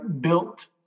built